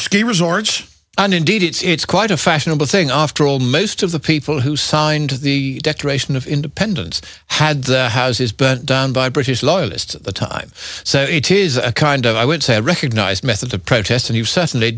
ski resorts and indeed it's quite a fashionable thing after all most of the people who signed the declaration of independence had houses burned down by british loyalists at the time so it is a kind of i would say a recognized method of protest and you certainly